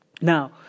Now